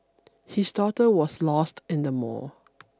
his daughter was lost in the mall